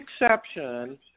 exception